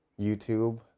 YouTube